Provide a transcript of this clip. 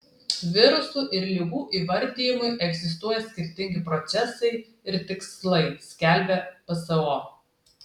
virusų ir ligų įvardijimui egzistuoja skirtingi procesai ir tikslai skelbia pso